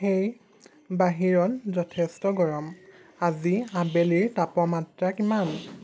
হেই বাহিৰত যথেষ্ট গৰম আজি আবেলিৰ তাপমাত্ৰা কিমান